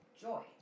joy